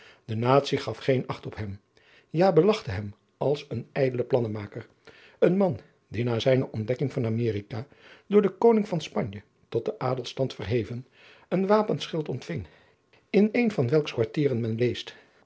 de natie gaf geen acht op hem ja belachte hem als een ijdelen plannenmaker een man die na zijne ontdekking van amerika door den koning van spanje tot den adelstand verheven een wapenschild ontving in een van welks kwartieren men leest